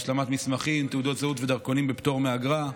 השלמת מסמכים, תעודות זהות ודרכונים בפטור מאגרה,